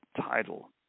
title